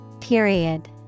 Period